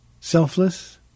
selfless